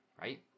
right